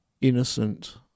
innocent